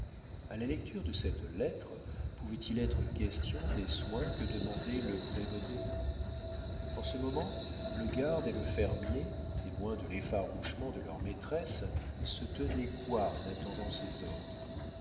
a la lecture de cette lettre pouvait-il être question des soins que demandait le prébaudet en ce moment le garde et le fermier témoins de l'effarouchement de leur maîtresse se tenaient cois en attendant ses ordres